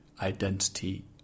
identity